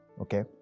Okay